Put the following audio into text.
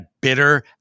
bitter